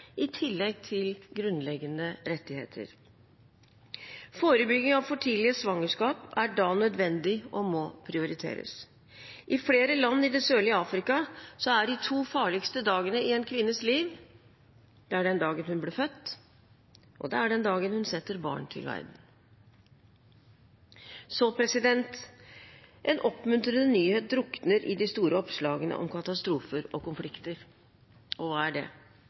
i tillegg til grunnleggende rettigheter. Forebygging av for tidlige svangerskap er da nødvendig og må prioriteres. I flere land i det sørlige Afrika er de to farligste dagene i en kvinnes liv den dagen hun blir født, og den dagen hun setter barn til verden. En oppmuntrende nyhet drukner i de store oppslagene om katastrofer og konflikter. Og hva er det?